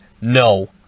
no